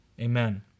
Amen